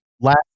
last